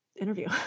interview